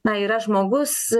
na yra žmogus